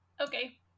Okay